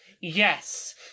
Yes